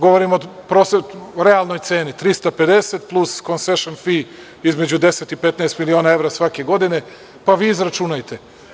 Govorim o realnoj ceni, 350 plus concession fee između 10 i 15 miliona evra svake godine, pa vi izračunajte.